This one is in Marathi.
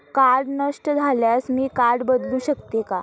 कार्ड नष्ट झाल्यास मी कार्ड बदलू शकते का?